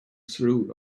through